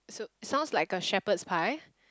sounds like a shepherd's pie